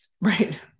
Right